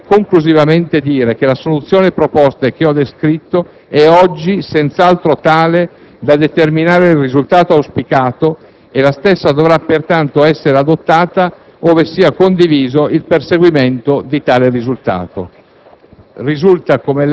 ma credo di dover conclusivamente dire che la soluzione proposta, e che ho descritto, è oggi senz'altro tale da determinare il risultato auspicato e la stessa dovrà pertanto essere adottata ove sia condiviso il perseguimento di tale risultato.